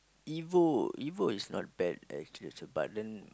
Evo Evo is not bad actually but then